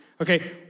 okay